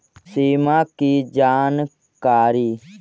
सिमा कि जानकारी?